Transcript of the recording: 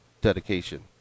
dedication